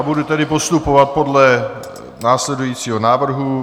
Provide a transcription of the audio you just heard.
Budu tedy postupovat podle následujícího návrhu.